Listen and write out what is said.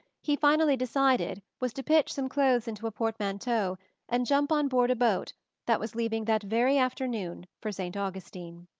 he finally decided was to pitch some clothes into a portmanteau and jump on board a boat that was leaving that very afternoon for st. augustine.